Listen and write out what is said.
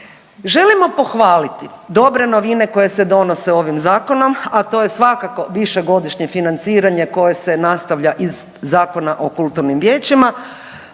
Želimo pohvaliti dobre novine koje se donose ovim zakonom, a to je svakako višegodišnje financiranje koje se nastavlja iz Zakona o kulturnim vijećima